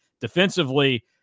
defensively